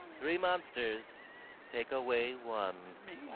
three monsters take away one. me.